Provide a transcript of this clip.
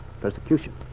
persecution